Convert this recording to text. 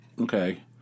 Okay